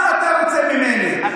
מה אתה רוצה ממני?